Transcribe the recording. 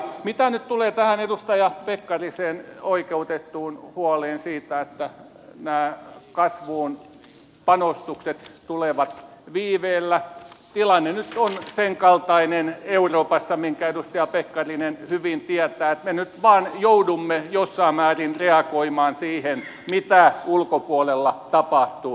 mitä nyt tulee tähän edustaja pekkarisen oikeutettuun huoleen siitä että nämä kasvuun panostukset tulevat viiveellä tilanne nyt on senkaltainen euroopassa minkä edustaja pekkarinen hyvin tietää että me nyt vain joudumme jossain määrin reagoimaan siihen mitä ulkopuolella tapahtuu